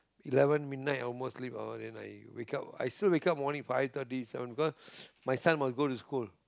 eleven midnight I almost sleep then I wake up I still wake up morning five thirty seven because my son must go to school